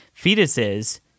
fetuses